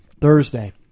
Thursday